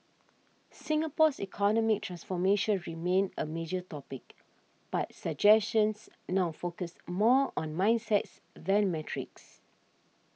Singapore's economic transformation remained a major topic but suggestions now focused more on mindsets than metrics